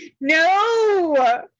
no